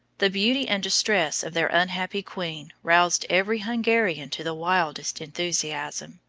the beauty and distress of their unhappy queen roused every hungarian to the wildest enthusiasm.